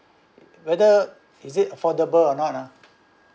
whether is it affordable or not ah